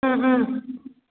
ꯎꯝ ꯎꯝ